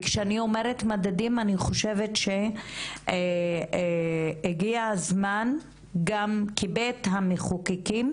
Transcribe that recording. וכשאני אומרת מדדים אני חושבת שהגיע הזמן גם כבית המחוקקים,